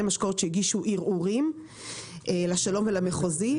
משקאות שהגישו ערעורים לשלום ולמחוזי.